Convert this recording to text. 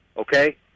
okay